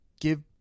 give